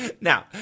Now